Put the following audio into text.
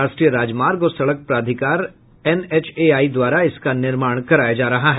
राष्ट्रीय राजमार्ग और सड़क प्राधिकार एनएचएआई द्वारा इसका निर्माण कराया जा रहा है